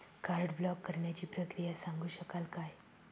Card block करण्याची प्रक्रिया सांगू शकाल काय?